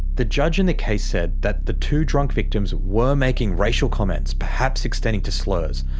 the judge in the case said that the two drunk victims were making racial comments, perhaps extending to slurs,